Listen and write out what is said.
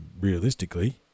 Realistically